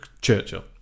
Churchill